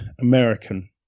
American